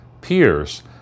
peers